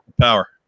power